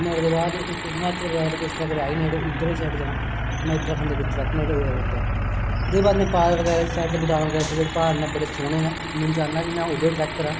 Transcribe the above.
श्रीनगर दे बाद हिमाचल बगैरा ट्रैक ना जेहडे़ उद्धर आहली साइड जां में उतराखड दे कोई ट्रैक ना जेहडे़ नेनीताल ओहदे बाद नेपाल बगैरा आहली साइड बूटान बगैरा आहली साइड प्हाड़ ना बडे़ सोह्ने में चाहन्ना कि में उद्धर ट्रैक करां